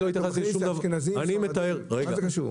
אתה מכניס אשכנזים, ספרדים מה זה קשור?